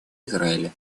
израиля